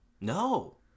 No